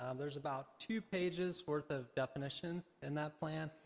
ah there's about two pages worth of definitions in that plan.